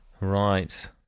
Right